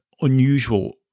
unusual